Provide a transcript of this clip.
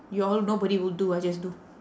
you all nobody will do I just do